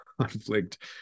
conflict